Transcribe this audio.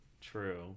true